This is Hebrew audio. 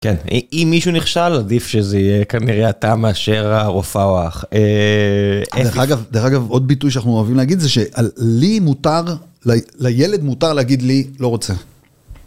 כן, אם מישהו נכשל, עדיף שזה יהיה כנראה אתה מאשר הרופאה או האח. דרך אגב, עוד ביטוי שאנחנו אוהבים להגיד זה שעל לי מותר, לילד מותר להגיד לי, לא רוצה.